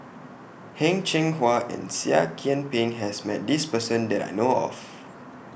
Heng Cheng Hwa and Seah Kian Peng has Met This Person that I know of